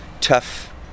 tough